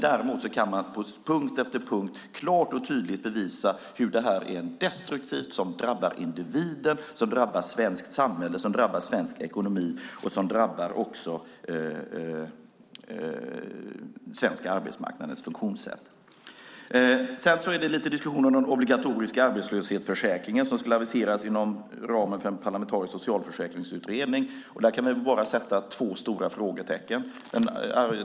Däremot kan man på punkt efter punkt klart och tydligt bevisa hur det här är något destruktivt som drabbar individen, det svenska samhället, svensk ekonomi och också den svenska arbetsmarknadens funktionssätt. Det är också lite diskussioner om den obligatoriska arbetslöshetsförsäkring som skulle aviseras inom ramen för en parlamentarisk socialförsäkringsutredning. Där kan vi bara sätta två stora frågetecken.